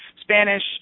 Spanish